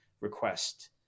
request